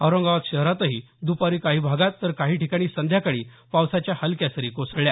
औरंगाबाद शहरातही दुपारी काही भागात तर काही ठिकाणी संध्याकाळी पावसाच्या हलक्या सरी कोसळल्या